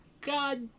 God